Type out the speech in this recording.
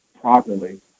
properly